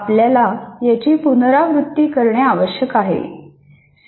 आपल्याला याची पुनरावृत्ती करणे आवश्यक आहे